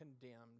condemned